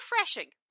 refreshing